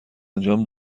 انجام